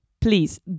Please